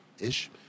ish